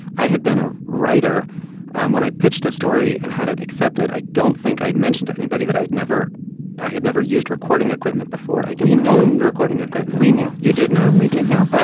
i had been a writer um when i pitched a story and had it accepted. i don't think i mentioned to anybody that i'd never i had never used recording equipment before. do you know owned recording equipment. we knew. you didn't know? we didn't know.